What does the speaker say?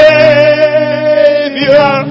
Savior